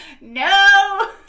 No